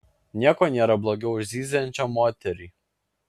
nieko nėra blogiau už zyziančią moterį